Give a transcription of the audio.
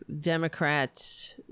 Democrats